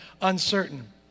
uncertain